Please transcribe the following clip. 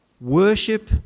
Worship